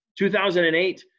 2008